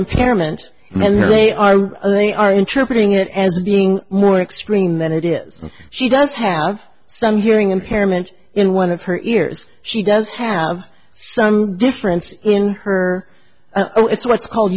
impairment and they are and they are interpreting it as being more extreme than it is she does have some hearing impairment in one of her ears she does have some difference in her i know it's what's called